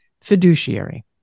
fiduciary